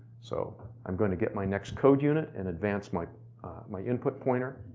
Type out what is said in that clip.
so i'm going to get my next code unit and advanced my my input pointer.